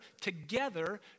together